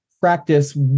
practice